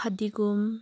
ꯐꯗꯤꯒꯣꯝ